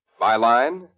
Byline